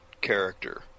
character